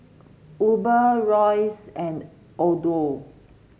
Uber Royce and Odlo